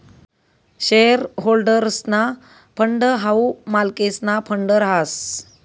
share होल्डर्सना fund हाऊ मालकेसना फंड रहास